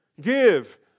give